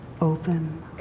open